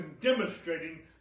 demonstrating